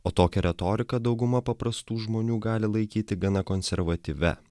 o tokią retoriką dauguma paprastų žmonių gali laikyti gana konservatyvia